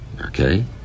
okay